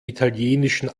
italienischen